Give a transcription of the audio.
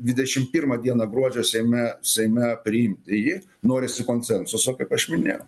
dvidešim pirmą dieną gruodžio seime seime priimti jį norisi konsensuso kaip aš minėjau